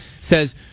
says